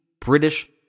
British